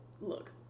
look